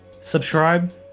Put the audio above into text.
Subscribe